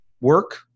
work